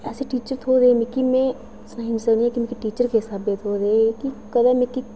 ऐसे टीचर थ्होए दे हे मिगी में सनाई नेईं सकनी आं मिगी टीचर किस स्हाबें दे थ्होए दे हे कदें मिकी